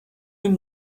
این